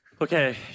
Okay